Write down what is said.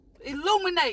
Illuminate